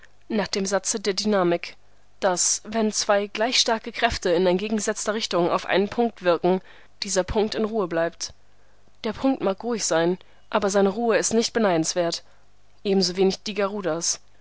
nach dem satze der dynamik daß wenn zwei gleich starke kräfte in entgegengesetzter richtung auf einen punkt wirken dieser punkt in ruhe bleibt der punkt mag ruhig sein aber seine ruhe ist nicht beneidenswert ebenso wenig die